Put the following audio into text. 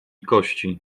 kości